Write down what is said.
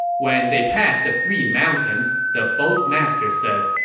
when they passed the three mountains, the boatmaster said,